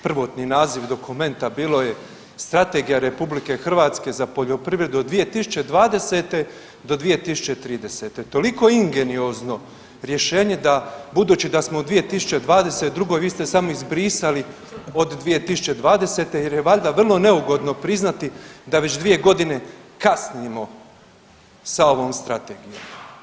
Prvotni naziv dokumenta bilo je Strategija RH za poljoprivredu od 2020. do 2030., toliko ingeniozno rješenje da budući da smo u 2022. vi ste samo izbrisali od 2020. jer je valjda vrlo neugodno priznati da već 2.g. kasnimo sa ovom strategijom.